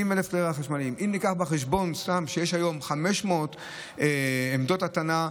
אם נביא בחשבון שיש היום 500 עמדות הטענה,